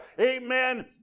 amen